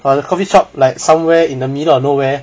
but the coffee shop like somewhere in the middle of nowhere